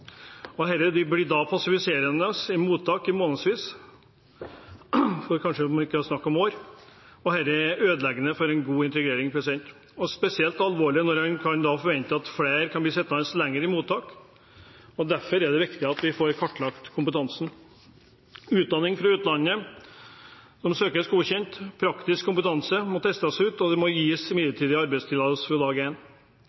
mottak i månedsvis, for ikke å snakke om år, er passiviserende og ødeleggende for en god integrering. Det er spesielt alvorlig når en kan forvente at flere kan bli sittende lenger i mottak, og derfor er det viktig at vi får kartlagt kompetansen deres. Utdanning fra utlandet må søkes godkjent, praktisk kompetanse må testes ut, og det må gis midlertidig arbeidstillatelse fra dag